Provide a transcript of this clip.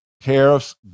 tariffs